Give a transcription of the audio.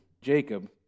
Jacob